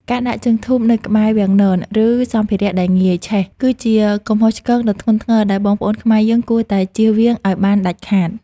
ការដាក់ជើងធូបនៅក្បែរវាំងនន ឬសម្ភារៈដែលងាយឆេះ គឺជាកំហុសឆ្គងដ៏ធ្ងន់ធ្ងរដែលបងប្អូនខ្មែរយើងគួរតែជៀសវាងឱ្យបានដាច់ខាត។